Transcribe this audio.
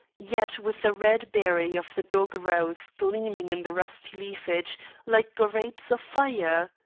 yet with the red berry of the dog-rose gleaming in the rusty leafage like grapes of fire.